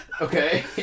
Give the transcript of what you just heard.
Okay